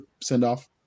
send-off